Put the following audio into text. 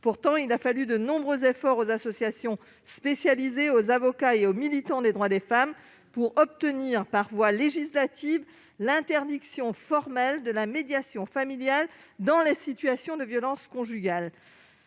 Pourtant, il a fallu de nombreux efforts aux associations spécialisées, aux avocats et aux militants des droits des femmes pour obtenir par voie législative l'interdiction formelle de la médiation familiale dans les situations de violence conjugale.